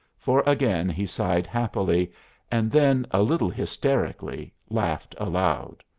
for again he sighed happily and then, a little hysterically, laughed aloud.